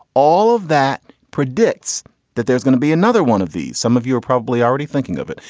all of that predicts that there's gonna be another one of these. some of you are probably already thinking of it.